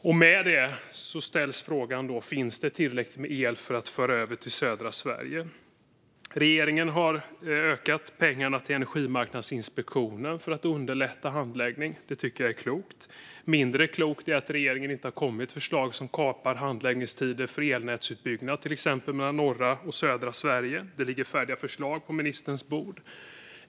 Därmed uppstår frågan: Finns det tillräckligt med el att föra över till södra Sverige? Regeringen har ökat pengarna till Energimarknadsinspektionen för att underlätta handläggning. Det tycker jag är klokt. Mindre klokt är att regeringen inte har kommit med förslag som kapar handläggningstider för elnätsutbyggnad, till exempel mellan norra och södra Sverige. Det ligger färdiga förslag på ministerns bord.